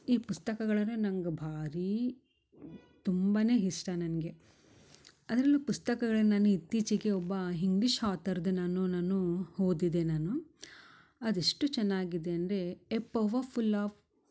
ಈ ಪುಸ್ತಕಗಳಂದರೆ ನಂಗೆ ಭಾರೀ ತುಂಬನೆ ಇಷ್ಟ ನನಗೆ ಅದ್ರಲ್ಲೂ ಪುಸ್ತಕಗಳನ್ನ ನಾನು ಇತ್ತೀಚೆಗೆ ಒಬ್ಬಾ ಇಂಗ್ಲೀಷ್ ಆತರ್ದು ನಾನು ನಾನು ಹೋದಿದೆ ನಾನು ಅದೆಷ್ಟು ಚೆನ್ನಾಗಿದೆ ಅಂದರೆ ಎ ಪವರ್ಫುಲ್ ಆಫ್